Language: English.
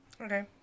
okay